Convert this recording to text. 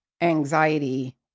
anxiety